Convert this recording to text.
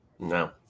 No